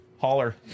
holler